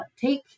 take